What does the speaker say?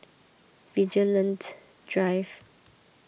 Vigilante Drive